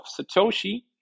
Satoshi